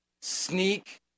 sneak